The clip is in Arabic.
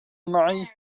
معي